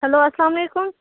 hello اَسلام علیکُم